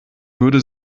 würde